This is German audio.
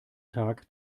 tag